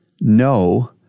no